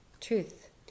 truth